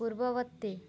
ପୂର୍ବବର୍ତ୍ତୀ